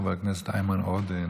חבר הכנסת איימן עודה,